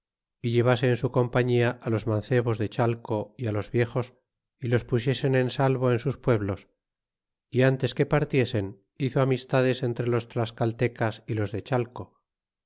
y llevase en su compañia los mancebos de chalet y los viejos y los pusiesen en salvo en sus pueblos é antes que partiesen hizo amistades entre los tlascaltecas y los de chalen